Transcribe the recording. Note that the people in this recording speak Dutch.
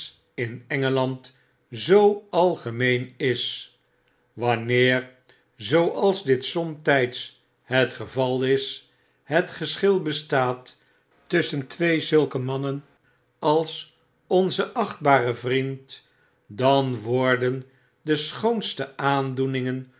in engeland zoo algemeen is wanneer zooals dit somtijds het geval is het geschil bestaat tusschen twee zulke mannen als onze achtbare vriend dan worden de schoonste aandoeningen